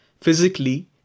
physically